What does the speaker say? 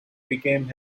became